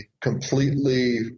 completely